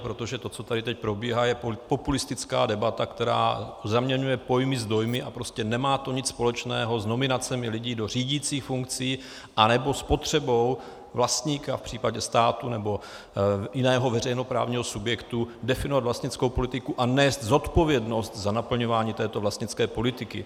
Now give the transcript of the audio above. Protože to, co tady teď probíhá, je populistická debata, která zaměňuje pojmy s dojmy a prostě nemá to nic společného s nominacemi lidí do řídících funkcí anebo s potřebou vlastníka v případě státu nebo jiného veřejnoprávního subjektu definovat vlastnickou politiku a nést zodpovědnost za naplňování této vlastnické politiky.